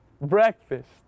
Breakfast